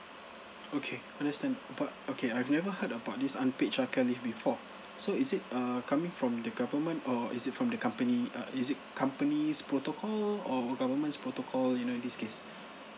okay understand but okay I've never heard about this unpaid childcare leave before so is it err coming from the government or is it from the company uh is it company's protocol government's protocol you know in this case